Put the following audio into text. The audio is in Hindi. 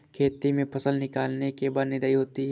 खेती में फसल निकलने के बाद निदाई होती हैं?